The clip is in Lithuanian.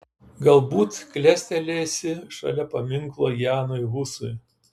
galbūt klestelėsi šalia paminklo janui husui